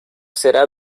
será